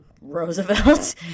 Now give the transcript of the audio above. Roosevelt